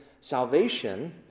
salvation